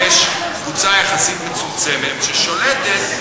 שיש קבוצה יחסית מצומצמת ששולטת,